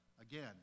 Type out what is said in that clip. Again